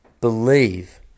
Believe